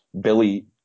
Billy